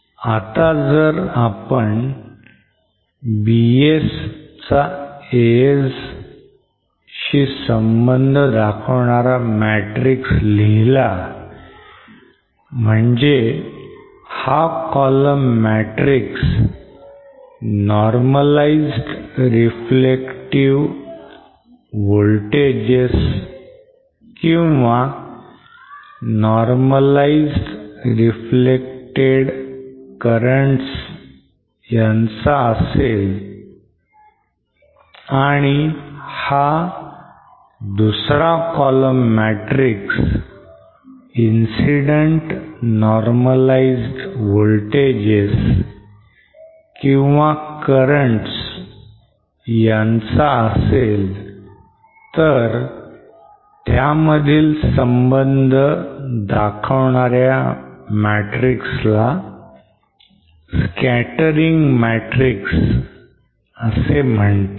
आता जर आपण Bs चा As शी संबंध दाखवणारा matrix लिहिला म्हणजे हा column matrix normalized reflective voltages or normalized reflected currents चा आहे आणि हा दुसरा column matrix incident normalized voltages or currents चा असेल तर त्यामधील संबंध दाखविणाऱ्या matrix ला scattering matrix म्हणतात